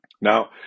Now